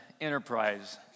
enterprise